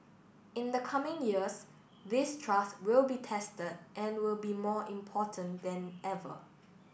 in the coming years this trust will be tested and will be more important than ever